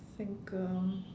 think um